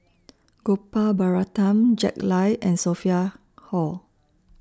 Gopal Baratham Jack Lai and Sophia Hull